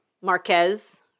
Marquez